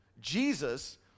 Jesus